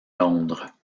londres